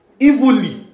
evilly